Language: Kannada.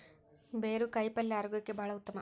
ಬೇರು ಕಾಯಿಪಲ್ಯ ಆರೋಗ್ಯಕ್ಕೆ ಬಹಳ ಉತ್ತಮ